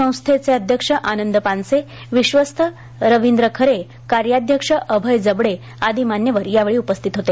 संस्थेचे अध्यक्ष आनंद पानसे विश्वस्त रविंद्र खरे कार्याध्यक्ष अभय जबडे आदी मान्यवर यावेळी उपस्थित होते